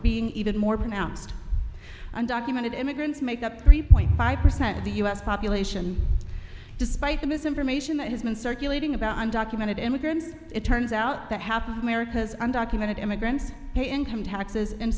being even more pronounced undocumented immigrants make up three point five percent of the u s population despite the misinformation that has been circulating about undocumented immigrants it turns out that happen america's undocumented immigrants pay income taxes in